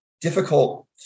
difficult